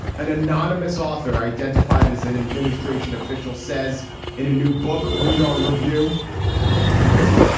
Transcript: an anonymous author identified as an administration official says in a new book. read our review listen.